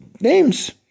names